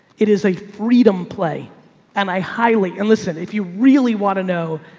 it is a freedom play and i highly, and listen, if you really want to know,